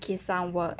give some work